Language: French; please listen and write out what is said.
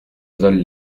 veulent